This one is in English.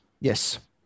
Yes